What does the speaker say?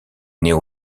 néo